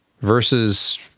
versus